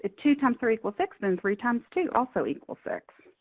ah two times three equals six, then three times two also equals six.